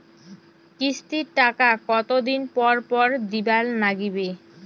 কিস্তির টাকা কতোদিন পর পর দিবার নাগিবে?